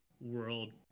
world